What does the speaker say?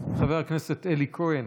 חבר הכנסת אלי כהן,